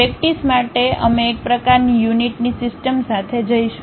practice માટે અમે એક પ્રકારની યુનિટ ની સિસ્ટમ સાથે જઈશું